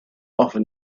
often